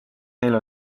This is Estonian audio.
neil